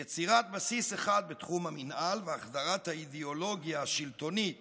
יצירת בסיס אחד בתחום המינהל והחזרת האידיאולוגיה השלטונית